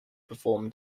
perform